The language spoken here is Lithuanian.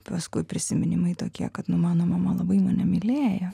paskui prisiminimai tokie kad nu mano mama labai mane mylėjo